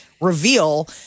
reveal